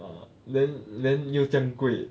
err then then 又这样贵